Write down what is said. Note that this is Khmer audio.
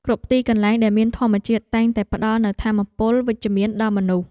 គ្រប់ទីកន្លែងដែលមានធម្មជាតិ តែងតែផ្តល់នូវថាមពលវិជ្ជមានដល់មនុស្ស។